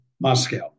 moscow